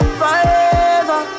forever